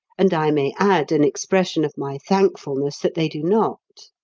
and i may add an expression of my thankfulness that they do not.